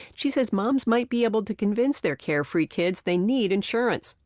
she says moms might be able to convince their carefree kids they need insurance.